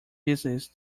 business